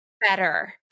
Better